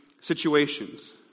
situations